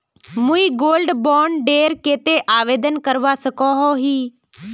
मुई gold bond डेर केते आवेदन करवा सकोहो ही?